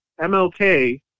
MLK